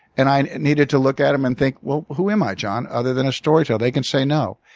and i needed to look at him and think, well, who am i, jon, other than a storyteller? they can say no.